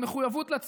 של מחויבות,